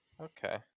Okay